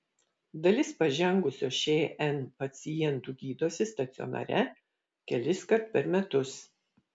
dalis pažengusio šn pacientų gydosi stacionare keliskart per metus